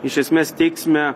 iš esmės teiksime